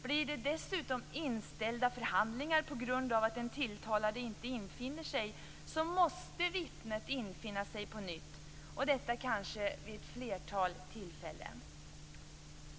Blir det dessutom inställda förhandlingar på grund av att den tilltalade inte infinner sig, så måste vittnet infinna sig på nytt och detta kanske vid ett flertal tillfällen.